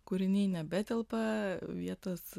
kūriniai nebetelpa vietos